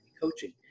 coaching